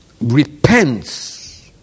repents